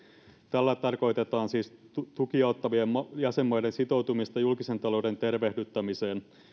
tällä tarkoitetaan siis tukia ottavien jäsenmaiden sitoutumista julkisen talouden tervehdyttämiseen